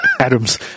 Adam's